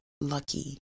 lucky